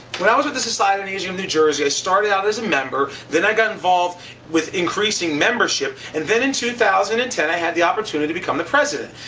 when i was with the society on aging of new jersey, i started out as a member, then i got involved with increasing membership. and then in two thousand and ten, i had the opportunity to become the president.